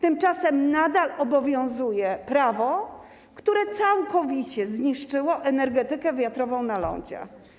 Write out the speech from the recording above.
Tymczasem nadal obowiązuje prawo, które całkowicie zniszczyło energetykę wiatrową na lądzie.